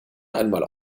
einmal